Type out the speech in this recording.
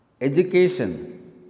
Education